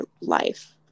life